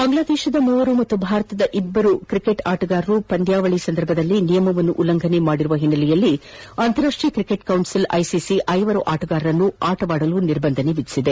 ಬಾಂಗ್ಲಾದೇಶದ ಮೂವರು ಮತ್ತು ಭಾರತದ ಇಬ್ಬರು ಕ್ರಿಕೆಟ್ ಆಟಗಾರರು ಪಂದ್ಯಾವಳಿ ಸಂದರ್ಭದಲ್ಲಿ ನಿಯಮವನ್ನು ಉಲ್ಲಂಘನೆ ಮಾಡಿರುವ ಓನ್ನೆಲೆಯಲ್ಲಿ ಅಂತಾರಾಷ್ಟೀಯ ಕ್ರಿಕೆಟ್ ಕೌನ್ಲಿಲ್ ಐಸಿಸಿ ಐವರು ಆಟಗಾರರನ್ನು ಆಟವಾಡಲು ನಿರ್ಬಂಧನೆ ವಿಧಿಸಿದೆ